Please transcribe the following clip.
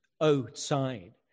outside